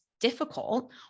difficult